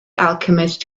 alchemist